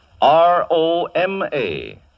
R-O-M-A